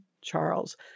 Charles